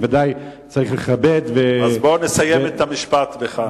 בוודאי צריך לכבד, אז בוא נסיים את המשפט בכך.